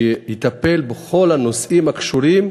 שיטפל בכל הנושאים הקשורים